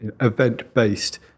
event-based